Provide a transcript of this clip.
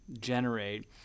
generate